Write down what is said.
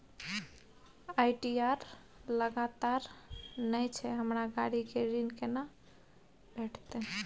ITR लगातार नय छै हमरा गाड़ी के ऋण केना भेटतै?